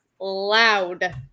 loud